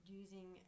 using